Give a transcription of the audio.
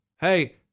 hey